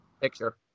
Picture